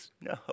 no